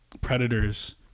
Predator's